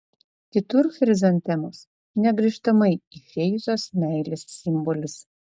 kitur chrizantemos negrįžtamai išėjusios meilės simbolis